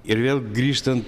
ir vėl grįžtan